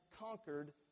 conquered